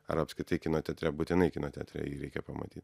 ar apskritai kino teatre būtinai kino teatre jį reikia pamaty